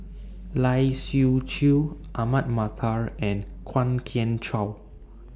Lai Siu Chiu Ahmad Mattar and Kwok Kian Chow